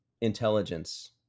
intelligence